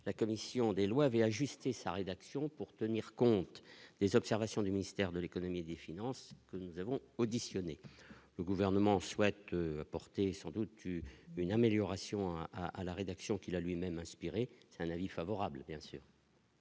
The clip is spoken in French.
la commission des lois avait ajusté sa rédaction pour tenir compte des observations du ministère de l'Économie et des finances que nous avons auditionnés le gouvernement souhaite apporter sans doute eu une amélioration à, à la rédaction qu'il a lui-même inspiré à l'avis favorable bien sûr.